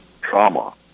trauma